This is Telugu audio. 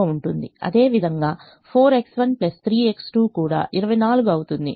అదేవిధంగా 4X1 3X2 కూడా 24 అవుతుంది